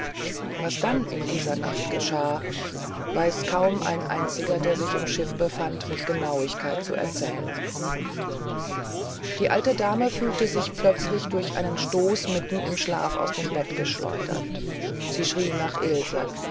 was dann in dieser nacht geschah weiß kaum ein einziger der sich im schiff befand mit genauigkeit zu erzählen die alte dame fühlte sich plötzlich durch einen stoß mitten im schlaf aus dem bett geschleudert sie schrie nach ilse